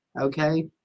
Okay